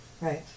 Right